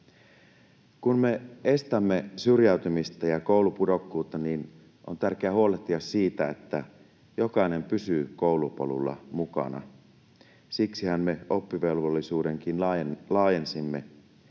Kun me estämme syrjäytymistä ja koulupudokkuutta, on tärkeää huolehtia siitä, että jokainen pysyy koulupolulla mukana. Siksihän me oppivelvollisuudenkin laajensimme.